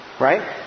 Right